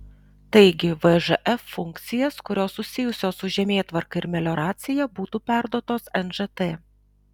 taigi vžf funkcijas kurios susijusios su žemėtvarka ir melioracija būtų perduotos nžt